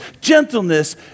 gentleness